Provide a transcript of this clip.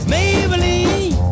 Maybelline